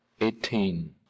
eighteen